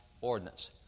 Ordinance